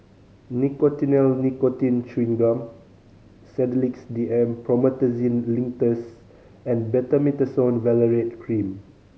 Nicotinell Nicotine Chewing Gum Sedilix D M Promethazine Linctus and Betamethasone Valerate Cream